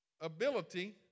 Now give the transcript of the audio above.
ability